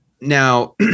now